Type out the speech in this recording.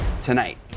tonight